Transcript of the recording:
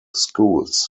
schools